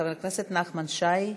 חבר הכנסת נחמן שי,